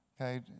Okay